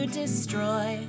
destroy